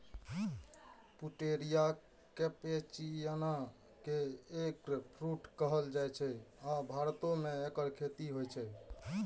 Pouteria कैम्पेचियाना कें eggfruit कहल जाइ छै, आ भारतो मे एकर खेती होइ छै